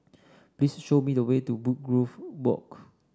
please show me the way to Woodgrove Walk